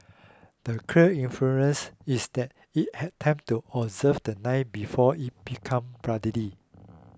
the clear inference is that it had time to observe the knife before it became bloody